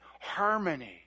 harmony